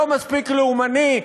לא מספיק לאומני,